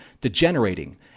degenerating